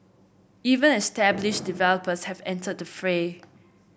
even established developers have entered the fray